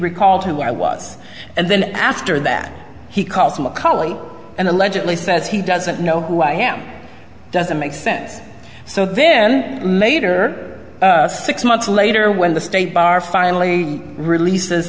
recalled who i was and then after that he calls mccully and allegedly says he doesn't know who i am doesn't make sense so then major six months later when the state bar finally release